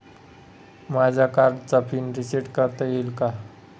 माझ्या कार्डचा pin reset करता येईल का?